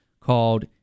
called